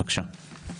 בבקשה.